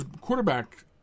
quarterback